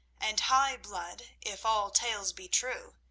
and high blood, if all tales be true.